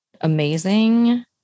amazing